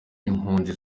impunzi